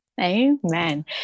Amen